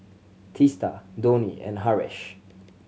Teesta Dhoni and Haresh